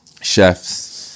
chefs